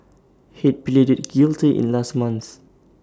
Head pleaded guilty in last month